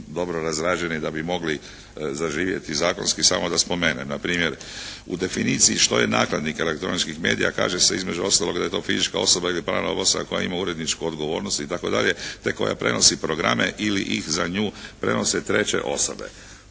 dobro razrađeni da bi mogli zaživjeti zakonski, samo da spomenem. Na primjer u definiciji što je nakladnik elektroničkih medija kaže se između ostaloga da je to fizička osoba ili pravna osoba koja ima uredničku odgovornost i tako dalje te koja prenosi programe ili ih za nju prenose treće osobe.